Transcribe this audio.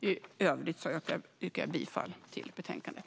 I övrigt yrkar jag bifall till utskottets förslag i betänkandet.